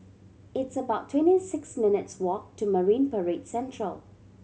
it's about twenty six minutes' walk to Marine Parade Central